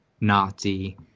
Nazi